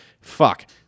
fuck